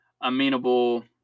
amenable